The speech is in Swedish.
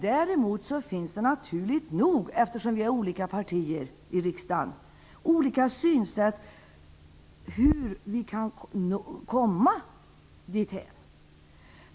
Däremot finns det -- naturligt nog, eftersom vi har olika partier i riksdagen -- olika synsätt på hur vi skall komma dithän.